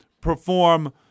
perform